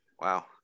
Wow